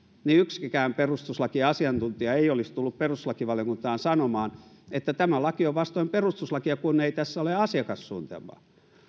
niin yksikään perustuslakiasiantuntija ei olisi tullut perustuslakivaliokuntaan sanomaan että tämä laki on vastoin perustuslakia kun ei tässä ole asiakassuunnitelmaa